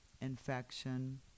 infection